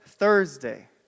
Thursday